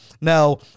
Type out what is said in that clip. Now